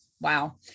Wow